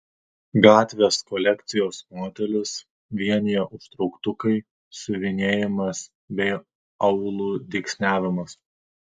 gatvės kolekcijos modelius vienija užtrauktukai siuvinėjimas bei aulų dygsniavimas